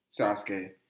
Sasuke